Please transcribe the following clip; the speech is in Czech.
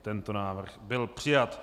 Tento návrh byl přijat.